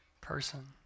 person